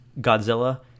Godzilla